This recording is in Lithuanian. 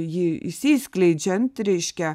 jį išsiskleidžiant reiškia